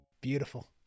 Beautiful